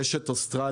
זוהי רשת אוסטרלית